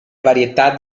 varietà